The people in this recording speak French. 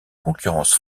concurrence